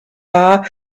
war